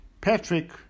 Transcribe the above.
Patrick